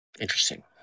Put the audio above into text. Interesting